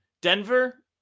Denver